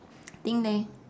think leh